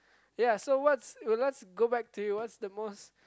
ya so what's let's go back to you what's the most